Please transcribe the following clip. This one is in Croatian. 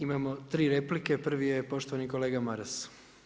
Imamo tri replike, prvi je poštovani kolega Maras.